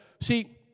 See